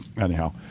anyhow